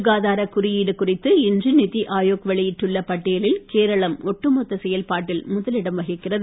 சுகாதார குறியீடு குறித்து இன்று நிதிஆயோக் வெளியிட்டுள்ள பட்டியலில் கேரளம் ஒட்டுமொத்த செயல்பாட்டில் முதல் இடம் வகிக்கிறது